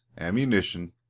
ammunition